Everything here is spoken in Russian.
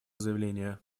заявление